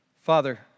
Father